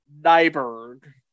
Nyberg